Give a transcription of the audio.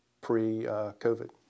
pre-covid